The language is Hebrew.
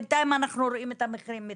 בינתיים אנחנו רואים את המחירים מטפסים,